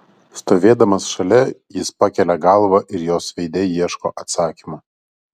stovėdamas šalia jis pakelia galvą ir jos veide ieško atsakymo